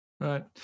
Right